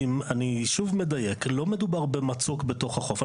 שוב מדייק, לא מדובר במצוק בתוך החוף.